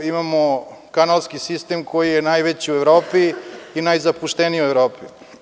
Imamo kanalski sistem koji je najveći u Evropi i najzapušteniji u Evropi.